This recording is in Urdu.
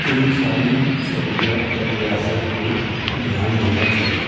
ان ساری سہولیات پر ریاست کو دھیان دینا چاہیے